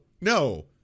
No